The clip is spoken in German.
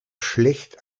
schlecht